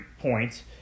points